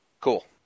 Cool